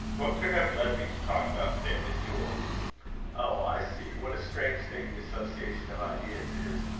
what could have led me to talk about family-jewels? oh! i see. what a strange thing the association of ideas is!